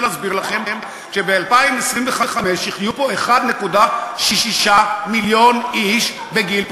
להסביר לכם שב-2025 יחיו פה 1.6 מיליון איש בגיל פרישה.